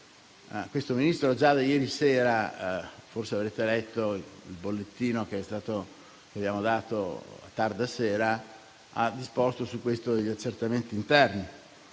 Questo Ministro già da ieri sera (forse avrete letto il bollettino che abbiamo emesso a tarda sera) ha disposto su questo degli accertamenti interni: